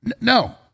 No